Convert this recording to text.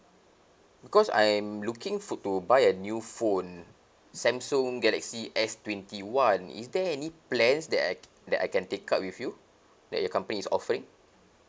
because I'm looking for to buy a new phone Samsung galaxy S twenty one is there any plans that I that I can take up with you that your company is offering